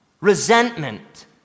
Resentment